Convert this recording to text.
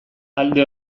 alde